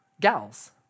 gals